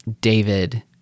david